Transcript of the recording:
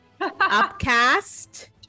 upcast